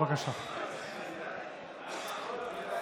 יושב-ראש הישיבה,